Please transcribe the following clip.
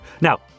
Now